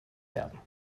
werben